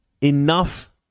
enough